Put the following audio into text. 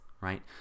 right